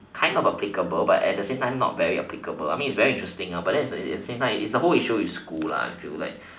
kind of applicable but at the same time not very applicable I mean is very interesting but then is at at the same time is the whole issue in school if you like